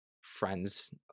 friends